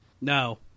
No